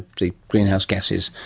the greenhouses gases,